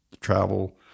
travel